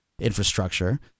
infrastructure